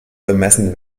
bemessen